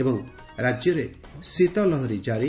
ଏବଂ ରାଜ୍ୟରେ ଶୀତ ଲହରୀ ଜାରି